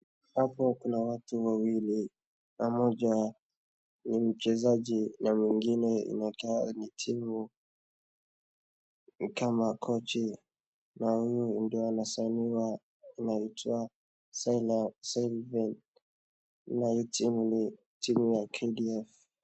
Hapo kuna watu wawili. Mmoja ni mchezaji na mwingine inaweka ni timu kama coach na huyu ndio anasainiwa anaitwa Sylvaine na hiyo timu ni timu ya KDF .